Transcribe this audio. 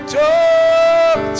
talk